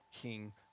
king